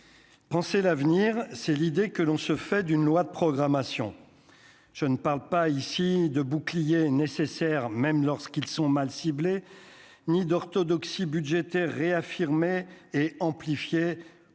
Penser l'avenir, c'est l'idée que l'on se fait d'une loi de programmation, je ne parle pas ici de boucliers nécessaire, même lorsqu'ils sont mal ciblées, ni d'orthodoxie budgétaire réaffirmer et amplifier